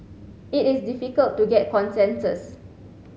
it is difficult to get consensus